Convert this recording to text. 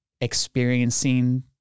experiencing